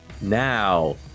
Now